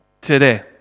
today